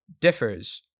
differs